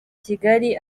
kigali